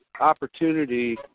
opportunity